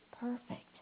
perfect